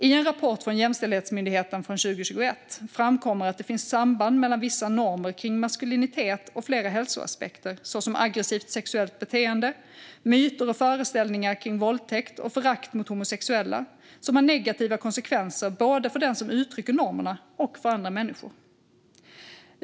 I en rapport från Jämställdhetsmyndigheten från 2021 framkommer att det finns samband mellan vissa normer kring maskulinitet och flera hälsoaspekter, såsom aggressivt sexuellt beteende, myter och föreställningar kring våldtäkt och förakt mot homosexuella, som har negativa konsekvenser både för den som utrycker normerna och för andra människor.